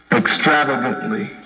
extravagantly